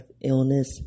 illness